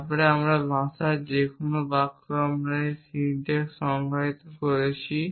তারপরে আমার ভাষায় যে কোন বাক্য এখানে আমি সিনট্যাক্স সংজ্ঞায়িত করেছি